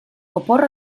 opor